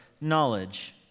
knowledge